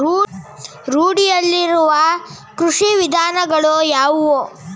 ರೂಢಿಯಲ್ಲಿರುವ ಕೃಷಿ ವಿಧಾನಗಳು ಯಾವುವು?